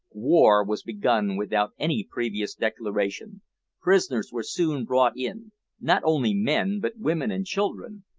war was begun without any previous declaration prisoners were soon brought in not only men, but women and children.